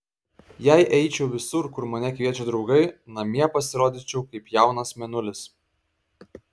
jei eičiau visur kur mane kviečia draugai namie pasirodyčiau kaip jaunas mėnulis